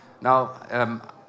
Now